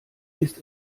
ist